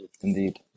indeed